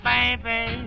Baby